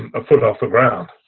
a foot off the ground.